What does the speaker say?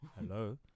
hello